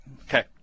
Okay